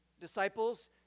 Disciples